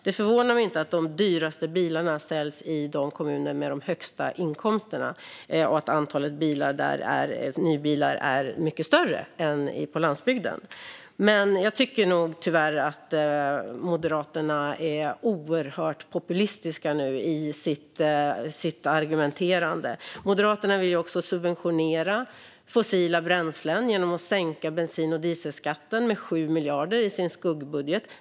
Det förvånar mig inte att de dyraste bilarna säljs i kommunerna med de högsta inkomsterna och att antalet nybilar där är mycket större än på landsbygden. Men jag tycker nog tyvärr att Moderaterna är oerhört populistiska nu i sitt argumenterande. Moderaterna vill också subventionera fossila bränslen genom att sänka bensin och dieselskatten med 7 miljarder i sin skuggbudget.